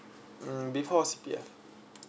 um before C_P_F